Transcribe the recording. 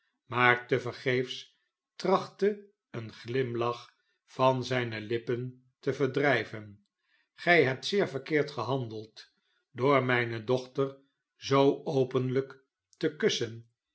maar tevergeefs trachtte een glimlach van zijne lippen te verdrijven gij hebt zeer verkeerd gehandeld door mijne dochter zoo openlijk te kussen